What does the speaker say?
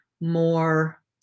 more